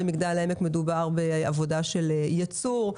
במגדל העמק מדובר בעבודה של ייצור,